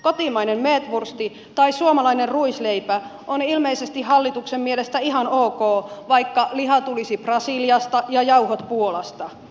kotimainen meetvursti tai suomalainen ruisleipä on ilmeisesti hallituksen mielestä ihan ok vaikka liha tulisi brasiliasta ja jauhot puolasta